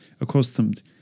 accustomed